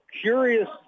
Curious